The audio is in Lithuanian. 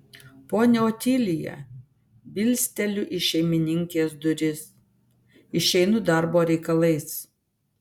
ponia otilija bilsteliu į šeimininkės duris išeinu darbo reikalais